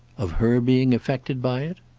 of her being affected by it?